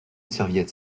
serviette